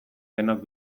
denok